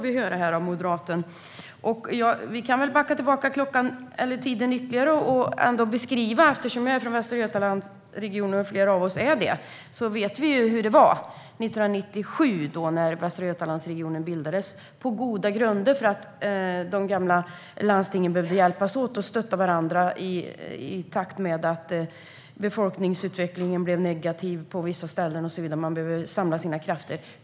Vi kan vrida tillbaka klockan ytterligare. Jag och flera av oss är från Västra Götalandsregionen, och vi vet ju hur det var 1997 när regionen bildades på goda grunder. De gamla landstingen behövde hjälpas åt, samla sina krafter och stötta varandra på grund av den negativa befolkningsutvecklingen på vissa ställen.